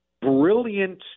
brilliant